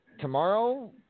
tomorrow